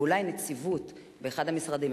ואולי נציבות באחד המשרדים,